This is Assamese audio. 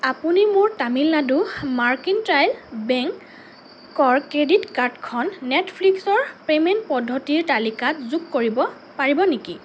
আপুনি মোৰ তামিলনাডু মাৰ্কেণ্টাইল বেংকৰ ক্ৰেডিট কাৰ্ডখন নেটফ্লিক্সৰ পে'মেণ্ট পদ্ধতিৰ তালিকাত যোগ কৰিব পাৰিব নেকি